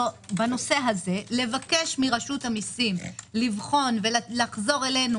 לבקש מרשות המיסים לבחון ולחזור אלינו